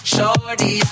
Shorty